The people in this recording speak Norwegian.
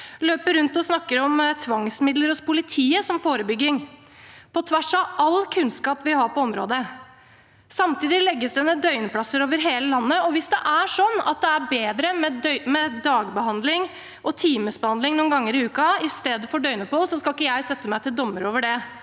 løper rundt og snakker om tvangsmidler hos politiet som forebygging – på tvers av all kunnskap vi har på området. Samtidig legges det ned døgnplasser over hele landet. Hvis det er sånn at det er bedre med dagbehandling og timesbehandling noen ganger i uken i stedet for døgnopphold, skal ikke jeg sette meg til doms over det.